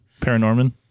Paranorman